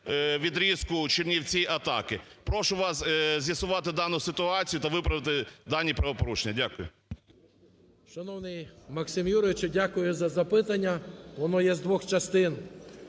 Шановний Максим Юрійовичу, дякую за запитання, воно є з двох частин.